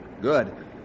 Good